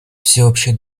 всеобщий